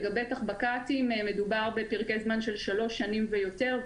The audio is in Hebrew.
לגבי תחבק"צים מדובר בפרקי זמן של שלוש שנים ויותר,